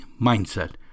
mindset